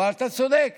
אתה צודק